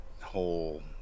whole